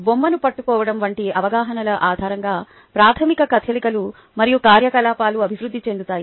బొమ్మను పట్టుకోవడం వంటి అవగాహనల ఆధారంగా ప్రాథమిక కదలికలు మరియు కార్యకలాపాలు అభివృద్ధి చెందుతాయి